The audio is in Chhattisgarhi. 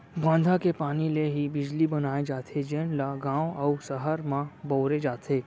बांधा के पानी ले ही बिजली बनाए जाथे जेन ल गाँव अउ सहर म बउरे जाथे